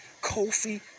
Kofi